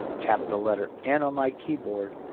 tap the letter n on my keyboard.